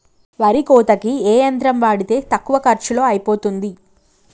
వరి కోతకి ఏ యంత్రం వాడితే తక్కువ ఖర్చులో అయిపోతుంది?